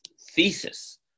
thesis